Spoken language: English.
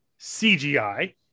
CGI